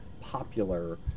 popular